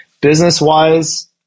Business-wise